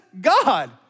God